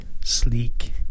Sleek